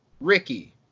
Ricky